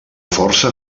força